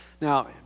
Now